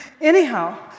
Anyhow